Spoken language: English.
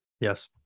yes